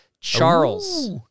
Charles